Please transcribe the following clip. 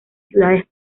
ciudades